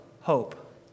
hope